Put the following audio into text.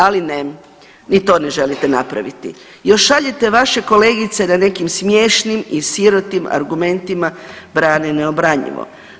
Ali ne, ni to ne želite napraviti, još šaljete vaše kolegice da nekim smiješnim i sirotim argumentima brane neobranjivo.